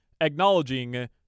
acknowledging